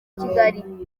kigali